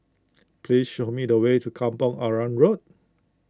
please show me the way to Kampong Arang Road